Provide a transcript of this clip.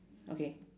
okay